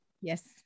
yes